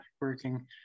working